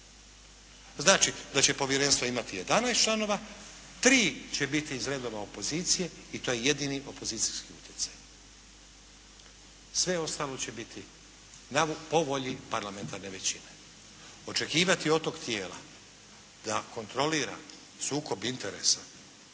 Znači da će povjerenstvo imati 11 članova, 3 će biti iz redova opozicije i to je jedini opozicijski utjecaj. Sve ostalo će biti po volji parlamentarne većine. Očekivati od toga tijela da kontrolira sukob interesa